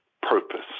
purpose